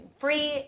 Free